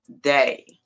day